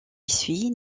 suit